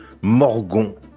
Morgon